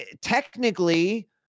technically